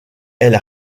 elle